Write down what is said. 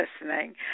listening